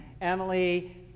Emily